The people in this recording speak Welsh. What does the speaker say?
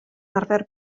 arfer